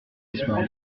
disparu